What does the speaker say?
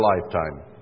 lifetime